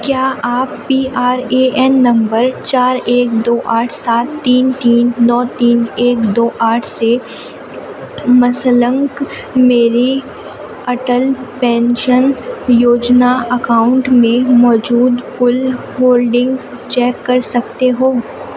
کیا آپ P R A N number چار ایک دو آٹھ سات تین تین نو تین ایک دو آٹھ سے منسلنک میرے اٹل پینشن یوجنا اکاؤنٹ میں موجود کل ہولڈنگز چیک کر سکتے ہو